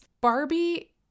Barbie